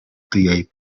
tiaj